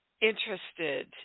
interested